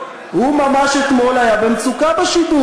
אבל הוא היה, הוא ממש אתמול היה במצוקה בשידור.